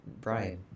Brian